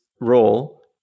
role